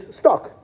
stuck